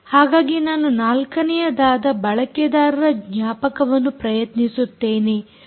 ಹಾಗಾಗಿ ನಾನು ನಾಲ್ಕನೆಯದಾದ ಬಳಕೆದಾರರ ಜ್ಞಾಪಕವನ್ನು ಪ್ರಯತ್ನಿಸುತ್ತೇನೆ